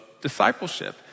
discipleship